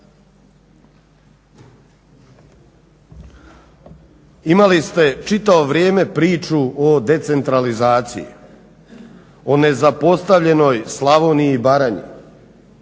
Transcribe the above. Imali ste čitavo vrijeme priču o decentralizaciji, o nezapostavljenoj Slavoniji i Baranji